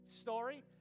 story